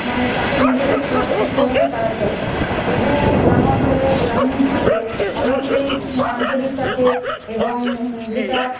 মানে তাদের নিজেদের খেয়ালখুশিভাবেই তারা চলে তবুও গ্রাম অঞ্চলে গ্রামীণভাবে অনেকেই ইঁ আঞ্চলিকটাকে এবং যেটা